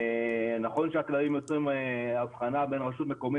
נכון שהכללים יוצרים אבחנה בין רשות מקומית